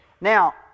Now